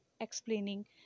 explaining